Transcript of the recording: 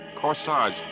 corsage